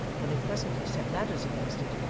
for they presently set ladders against it,